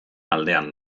aldean